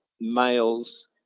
males